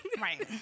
Right